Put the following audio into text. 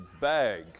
bag